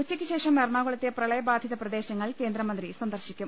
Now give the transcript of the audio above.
ഉച്ചയ്ക്ക് ശേഷം എറണാകുളത്തെ പ്രള യബാധിത പ്രദേശങ്ങൾ കേന്ദ്രമന്ത്രി സന്ദർശിക്കും